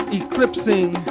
eclipsing